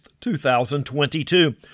2022